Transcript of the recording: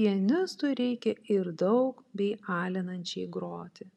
pianistui reikia ir daug bei alinančiai groti